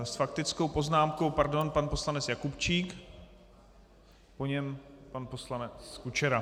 S faktickou poznámkou pan poslanec Jakubčík, po něm pan poslanec Kučera.